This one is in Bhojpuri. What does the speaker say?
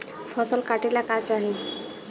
फसल काटेला का चाही?